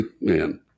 Man